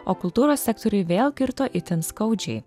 o kultūros sektoriui vėl kirto itin skaudžiai